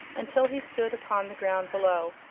until he stood upon the ground below.